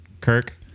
Kirk